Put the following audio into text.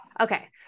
Okay